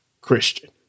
Christian